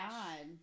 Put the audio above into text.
God